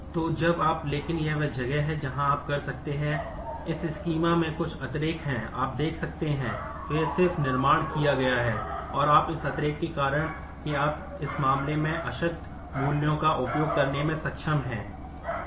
तो जब आप लेकिन यह वह जगह है जहाँ आप कर सकते हैं इस स्कीमा के कारण हैं कि आप इस मामले में अशक्त मूल्यों का उपयोग करने में सक्षम हैं